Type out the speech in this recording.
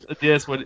Yes